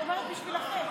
אני אומרת בשבילכם.